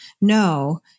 No